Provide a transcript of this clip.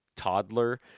toddler